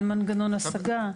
על מנגנון השגה.